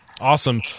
Awesome